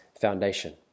foundation